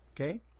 okay